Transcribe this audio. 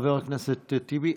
חבר הכנסת טיבי.